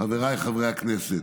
חבריי חברי הכנסת,